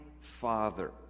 Father